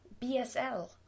BSL